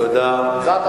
תודה.